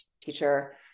teacher